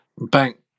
bank